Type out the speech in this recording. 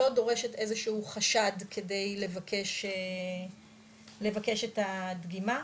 לא דורשת איזה שהוא חשד כדי לבקש את הדגימה,